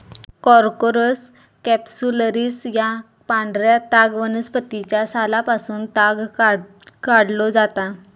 Corchorus capsularis या पांढऱ्या ताग वनस्पतीच्या सालापासून ताग काढलो जाता